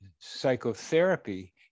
psychotherapy